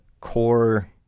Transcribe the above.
core